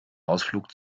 ausflug